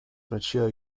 mature